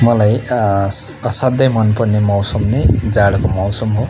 मलाई असाध्यै मनपर्ने मौसम नै जाडोको मौसम हो